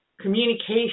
communication